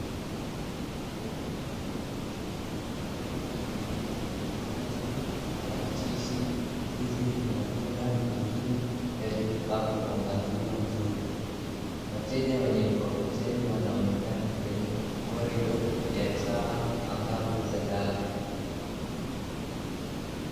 Sehemu ya matunda katika duka kubwa, ina tikitimaji, parachichi, ndizi, na matunda mengine, yaliopangwa kwa mpangilio mzuri. Wateja wenye mikokoteni wanaonekana kwenye corridor ya taa angavu za dari.